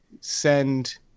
send